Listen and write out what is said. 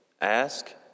Ask